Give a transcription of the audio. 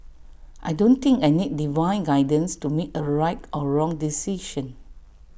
I don't think I need divine guidance to make A right or wrong decision